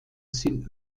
sind